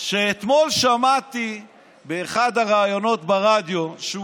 שאתמול שמעתי באחד הראיונות ברדיו שהוא